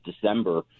december